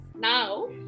now